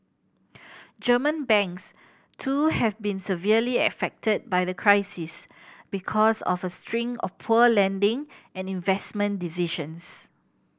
German banks too have been severely affected by the crisis because of a string of poor lending and investment decisions